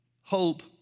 hope